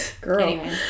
girl